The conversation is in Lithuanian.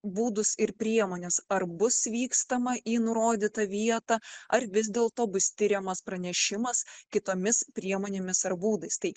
būdus ir priemones ar bus vykstama į nurodytą vietą ar vis dėlto bus tiriamas pranešimas kitomis priemonėmis ar būdais tai